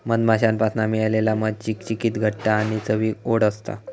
मधमाश्यांपासना मिळालेला मध चिकचिकीत घट्ट आणि चवीक ओड असता